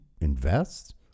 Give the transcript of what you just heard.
invest